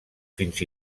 fins